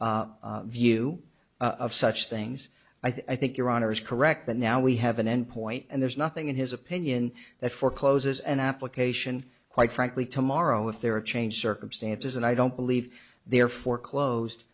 is view of such things i think your honor is correct but now we have an endpoint and there's nothing in his opinion that forecloses an application quite frankly tomorrow if there are changed circumstances and i don't believe they are foreclosed